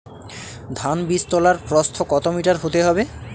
ধান বীজতলার প্রস্থ কত মিটার হতে হবে?